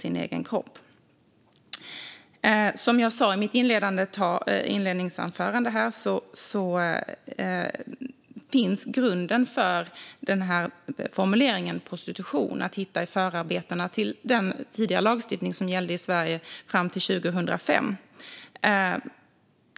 Som jag sa i mitt interpellationssvar finns grunden för formuleringen om prostitution att hitta i förarbetena till den lagstiftning som gällde i Sverige fram till 2005.